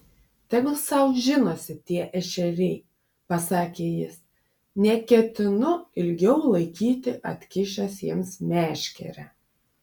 tegul sau žinosi tie ešeriai pasakė jis neketinu ilgiau laikyti atkišęs jiems meškerę